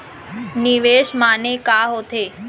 निवेश माने का होथे?